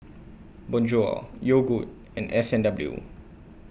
Bonjour Yogood and S and W